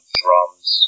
drums